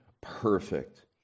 perfect